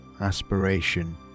aspiration